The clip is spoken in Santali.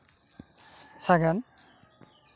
ᱥᱟᱜᱮᱱ